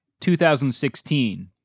2016